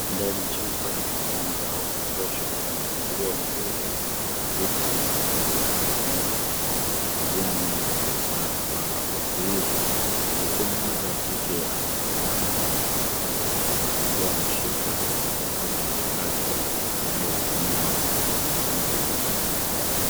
Ndani ya chumba chenye mwanga wa kutosha chenye mpangilio mzuri wa viti pamoja na meza, kuna vijana wamekaa kwa utulivu huku mmoja wa kike amesimama na kutabasamu, akiwa ameshika kompyuta mpakato anayoitumia wakati wa kujifunza.